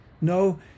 No